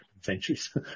centuries